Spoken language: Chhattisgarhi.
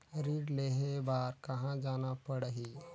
ऋण लेहे बार कहा जाना पड़ही?